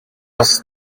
кыз